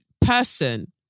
Person